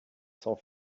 sans